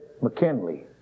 McKinley